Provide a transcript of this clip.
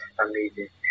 amazing